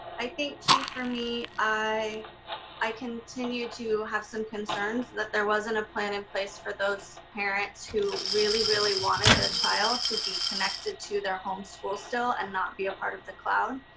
i think too for me, i i continue to have some concerns that there wasn't a plan in place for those parents who really, really wanted their child to be connected to their homeschool still and not be a part of the cloud.